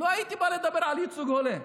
לא הייתי בא לדבר על ייצוג הולם.